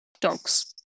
dogs